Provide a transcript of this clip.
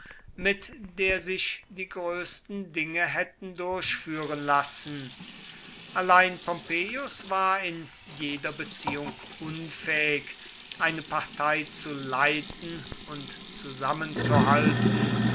mit der sich die größten dinge hätten durchführen lassen allein pompeius war in jeder beziehung unfähig eine partei zu leiten und zusammenzuhalten